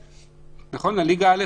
סגירת הגבולות לרשות